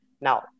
Now